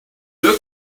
look